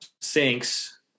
sinks